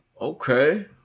okay